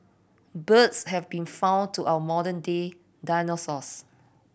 birds have been found to our modern day dinosaurs